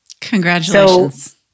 Congratulations